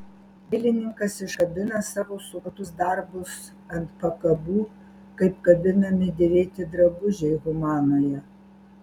dailininkas iškabina savo sukurtus darbus ant pakabų kaip kabinami dėvėti drabužiai humanoje